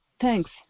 thanks